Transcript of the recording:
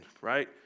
right